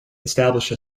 established